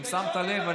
אם שמת לב,